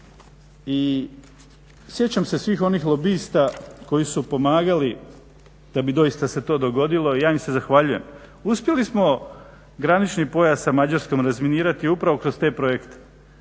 I sjećam se svih onih lobista koji su pomagali da bi se doista to dogodilo i ja im se zahvaljujem. Uspjeli smo granični pojas sa Mađarskom razminirati upravo kroz te projekte.